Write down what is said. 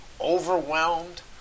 overwhelmed